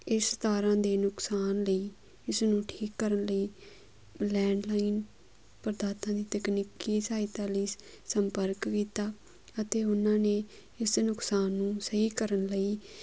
ਇਸ ਤਾਰਾਂ ਦੇ ਨੁਕਸਾਨ ਲਈ ਇਸ ਨੂੰ ਠੀਕ ਕਰਨ ਲਈ ਲੈਂਡਲਾਈਨ ਪ੍ਰਦਾਤਾ ਦੀ ਤਕਨੀਕੀ ਸਹਾਇਤਾ ਲਈ ਸੰਪਰਕ ਕੀਤਾ ਅਤੇ ਉਹਨਾਂ ਨੇ ਇਸ ਨੁਕਸਾਨ ਨੂੰ ਸਹੀ ਕਰਨ ਲਈ